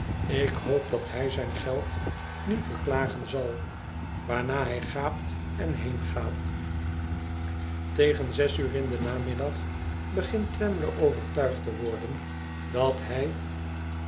ik hoop dat hij zijn geld niet beklagen zal waarna hij gaapt en heengaat tegen zes uur in dn namiddag begint twemlow overtuigd te worden dat hij